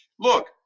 Look